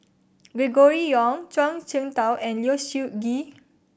Gregory Yong Zhuang Shengtao and Low Siew Nghee